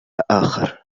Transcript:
آخر